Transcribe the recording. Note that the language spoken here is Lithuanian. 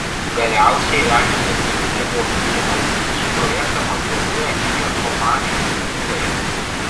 galiausiai remiantis ngo tyrimu šį projektą kontroliuoja kinijos kompanijos ir pinigai